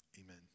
Amen